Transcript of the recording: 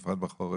בפרק בחורף.